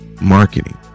marketing